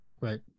right